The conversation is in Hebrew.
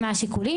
מה השיקולים,